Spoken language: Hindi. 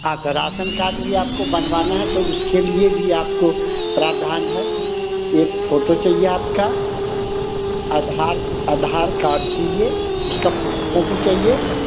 हाँ तो राशन कार्ड भी आपको बनवाना है तो उसके लिए भी आपको प्रावधान है एक फोटो चाहिए आपका आधार आधार कार्ड चाहिये उसका फोटोकॉपी चाहिये